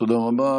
תודה רבה.